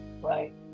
right